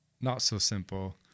not-so-simple